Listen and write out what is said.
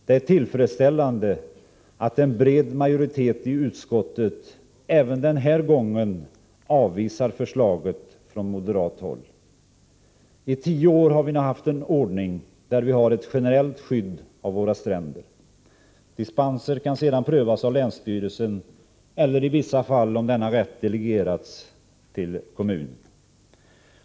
Det är tillfredsställande att en bred majoritet i utskottet även denna gång avvisar förslaget från moderat håll. I tio år har vi nu haft en ordning där vi har ett generellt skydd av våra stränder. Dispenser kan sedan prövas av länsstyrelsen eller i vissa fall av kommunen om denna rätt delegeras av länsstyrelsen.